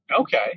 Okay